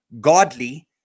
godly